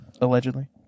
allegedly